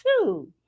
two